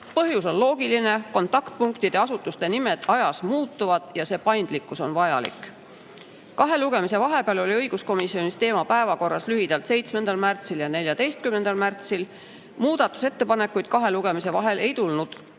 Põhjus on loogiline: kontaktpunktide asutuste nimed ajas muutuvad ja paindlikkus on vajalik. Kahe lugemise vahepeal oli õiguskomisjonis teema päevakorras lühidalt 7. märtsil ja 14. märtsil. Muudatusettepanekuid kahe lugemise vahel ei tulnud.